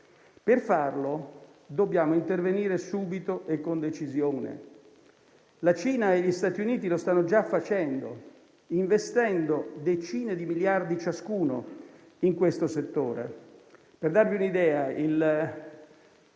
per farlo, dobbiamo intervenire subito e con decisione. La Cina e gli Stati Uniti lo stanno già facendo, investendo decine di miliardi ciascuno in questo settore. Per darvi un'idea,